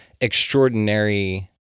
extraordinary